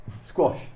Squash